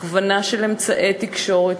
הכוונה של אמצעי תקשורת,